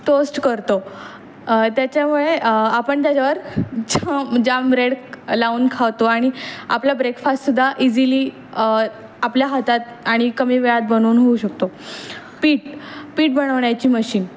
toast करतो त्याच्यामुळे आपण त्याच्यावर झाम रेड लावून खावतो आणि आपला ब्रेकफास्टसुद्धा इझिली आपल्या हातात आणि कमी वेळात बनवून होऊ शकतो पीठ पीठ बनवण्याची मशीन